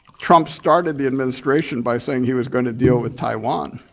trump started the administration by saying he was gonna deal with taiwan.